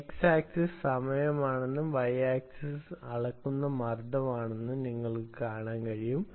X അക്ഷം സമയമാണെന്നും y അക്ഷം അളക്കുന്ന മർദ്ദമാണെന്നും നിങ്ങൾക്ക് കാണാൻ കഴിയും